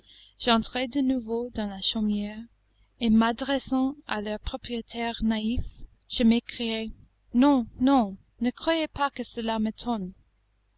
j'entrai de nouveau dans la chaumière et m'adressant à leurs propriétaires naïfs je m'écriai non non ne croyez pas que cela m'étonne